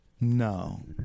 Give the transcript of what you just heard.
No